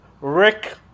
Rick